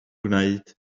gwneud